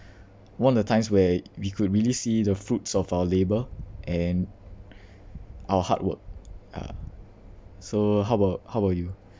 one of the times where we could really see the fruits of our labour and our hard work ah so how about how about you